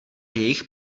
jejich